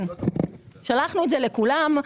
שלחתם לכולם.